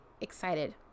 excited